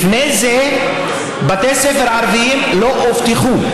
לפני זה בתי ספר ערביים לא אובטחו,